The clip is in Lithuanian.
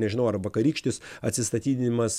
nežinau ar vakarykštis atsistatydinimas